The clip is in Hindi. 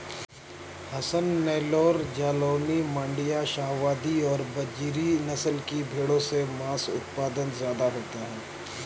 हसन, नैल्लोर, जालौनी, माण्ड्या, शाहवादी और बजीरी नस्ल की भेंड़ों से माँस उत्पादन ज्यादा होता है